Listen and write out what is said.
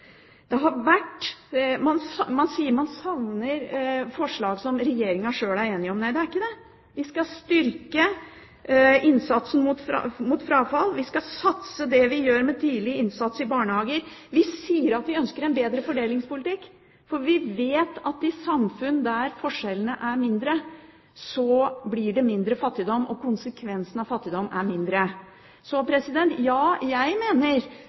Man sier man savner forslag som Regjeringen sjøl er enig i. Nei, vi gjør ikke det. Vi skal styrke innsatsen mot frafall. Vi gjør en tidlig innsats i barnehager. Vi sier vi ønsker en bedre fordelingspolitikk, for vi vet at det i samfunn med mindre forskjeller, blir mindre fattigdom, og at konsekvensen av fattigdom blir mindre. Jeg mener det er lurt hvis vi kan senke skattene litt for dem med aller lavest ytelse og inntekt. Men jeg mener